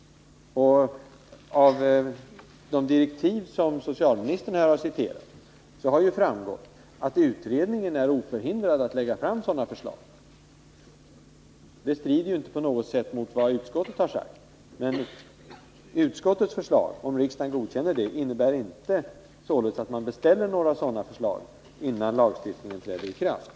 Av de direktiv som socialministern har citerat, framgår att utredningen är oförhindrad att lägga fram sådana förslag. Det strider inte på något sätt mot vad utskottet har sagt. Utskottets förslag innebär inte, om riksdagen antar det, att riksdagen beställer några nya förslag innan lagstiftningen träder i kraft.